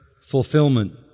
fulfillment